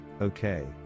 Okay